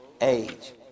age